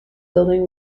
building